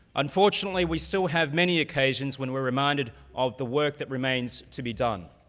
unfortunately, we still have many occasions when we're reminded of the work that remains to be done.